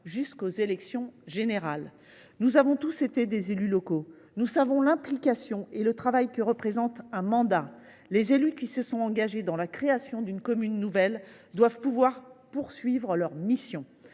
jusqu’aux élections générales. Nous avons tous été des élus locaux. Nous savons l’implication et le travail que représente un mandat. Les élus qui se sont engagés dans la création d’une commune nouvelle doivent pouvoir poursuivre leur mission.